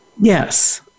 Yes